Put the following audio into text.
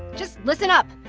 just listen up.